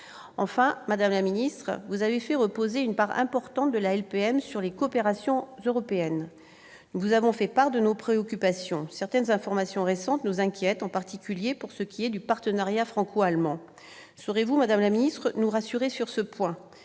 ? Madame la ministre, vous avez fait reposer une part importante de la LPM sur les coopérations européennes. À ce titre, nous vous avons fait part de nos préoccupations. Certaines informations récentes nous inquiètent tout particulièrement au sujet du partenariat franco-allemand. Saurez-vous nous rassurer sur ce point ?